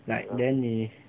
like then 你